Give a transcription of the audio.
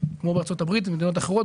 כמו בארה"ב ובמדינות אחרות.